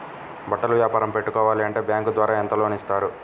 బట్టలు వ్యాపారం పెట్టుకోవాలి అంటే బ్యాంకు ద్వారా ఎంత లోన్ ఇస్తారు?